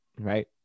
right